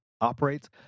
operates